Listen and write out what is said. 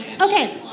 Okay